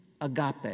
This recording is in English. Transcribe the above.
agape